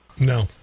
No